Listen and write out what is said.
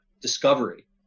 discovery